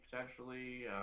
potentially